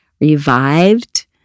revived